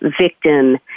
victim